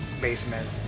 basement